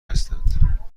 هستند